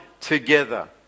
together